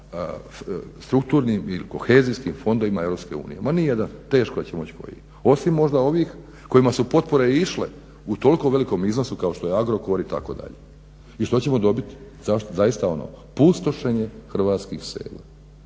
strukturnim ili kohezijskim fondovima EU. Ma nije da, teško će moć koji, osim možda ovih kojima su potpore išle u toliko velikom iznosu kao što je Agrokor itd. I što ćemo dobiti? Zaista ono pustošenje hrvatskih sela.